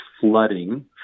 flooding